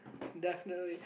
definitely